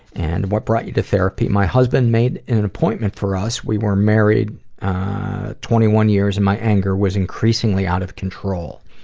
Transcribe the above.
and what brought you to therapy? my husband made an appointment for us. we were married twenty one years and my anger was increasingly out of control.